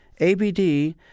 ABD